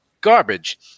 garbage